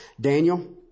Daniel